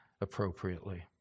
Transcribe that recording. appropriately